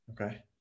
okay